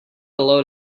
load